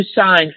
sign